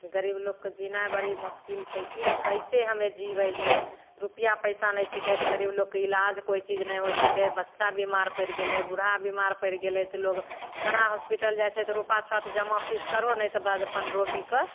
गरीब लोकके जिनाइ बड़ी मोसकिल छै कि कइसे हमे जिबै जे रुपैआ पइसा नहि छिकै तऽ गरीब लोकके इलाज कोइ चीज नहि होइ छिकै बच्चा बेमार पड़ि गेलै बूढ़ा बेमार पड़ि गेलै तऽ लोक बड़ा हॉस्पिटल जाइ छै तऽ रुपा छऽ तऽ जमा फीस करहो नहि तऽ बाद अपन रोगीके